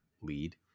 lead